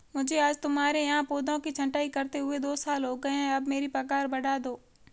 मुझे आज तुम्हारे यहाँ पौधों की छंटाई करते हुए दो साल हो गए है अब मेरी पगार बढ़ा दो